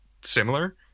similar